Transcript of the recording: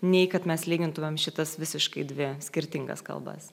nei kad mes lygintumėm šitas visiškai dvi skirtingas kalbas